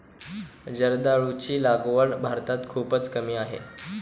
जर्दाळूची लागवड भारतात खूपच कमी आहे